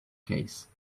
case